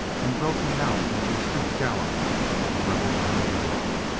and broke him out into a stiff gallop on the level ground below.